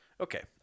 Okay